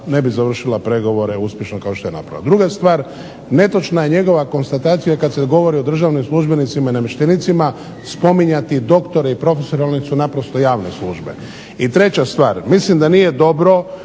ne bi završila pregovore uspješno kao što je napravila. Druga stvar, netočna je njegova konstatacija kada se govori o državnim službenicima i namještenicima spominjati doktore i profesore oni su naprosto javne službe. I treća stvar, mislim da nije dobro